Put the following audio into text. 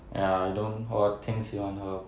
ya I don't 我挺喜欢喝